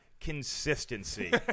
consistency